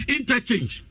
Interchange